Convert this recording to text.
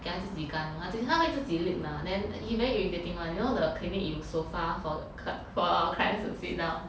给它自己干它会自己 lick mah then he very irritating [one] you know the clinic 有 sofa for our clients to sit down